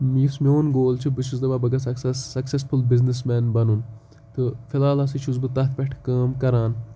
یُس میون گول چھُ بہٕ چھُس دَپان بہٕ سکسٮ۪س سکسٮ۪سفُل بِزنِس مین بَنُن تہٕ فلحال ہَسا چھُس بہٕ تَتھ پٮ۪ٹھ کٲم کَران